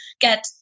get